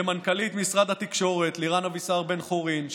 למנכ"לית משרד התקשורת לירן אבישר בן-חורין,